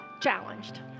challenged